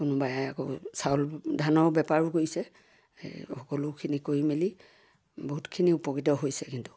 কোনোবাই আকৌ চাউল ধানৰ বেপাৰো কৰিছে এই সকলোখিনি কৰি মেলি বহুতখিনি উপকৃত হৈছে কিন্তু